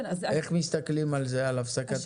איך מסתכלים על זה, על הפסקת הסיוע?